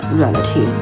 reality